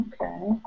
Okay